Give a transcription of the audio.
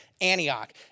Antioch